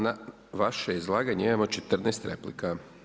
Na vaše izlaganje imamo 14 replika.